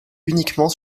uniquement